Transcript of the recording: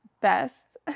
best